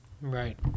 Right